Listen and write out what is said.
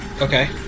okay